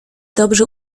dobrze